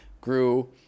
grew